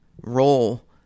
role